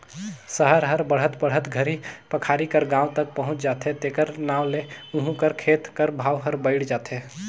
सहर हर बढ़त बढ़त घरी पखारी कर गाँव तक पहुंच जाथे तेकर नांव ले उहों कर खेत कर भाव हर बइढ़ जाथे